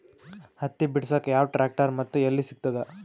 ಹತ್ತಿ ಬಿಡಸಕ್ ಯಾವ ಟ್ರ್ಯಾಕ್ಟರ್ ಮತ್ತು ಎಲ್ಲಿ ಸಿಗತದ?